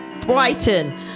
Brighton